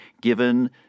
given